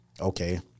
okay